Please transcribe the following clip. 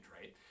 right